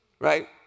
right